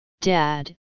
Dad